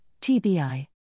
TBI